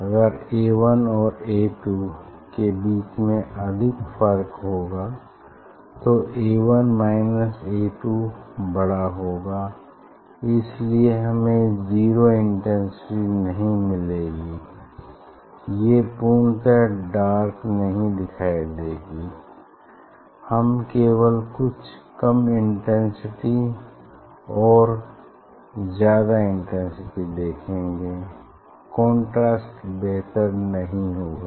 अगर A 1 और A 2 के बीच में अधिक फर्क होगा तो A1 माइनस A2 बड़ा होगा इसलिए हमें जीरो इंटेंसिटी नहीं मिलेगी ये पूर्णतः डार्क नहीं दिखाई देगी हम केवल कुछ कम इंटेंसिटी और ज़्यादा इंटेंसिटी देखेंगे कंट्रास्ट बेहतर नहीं होगा